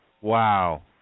Wow